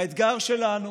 והאתגר שלנו